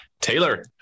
Taylor